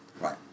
Right